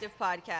podcast